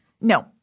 No